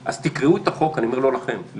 אז תקראו את החוק לא לכם אני אומר,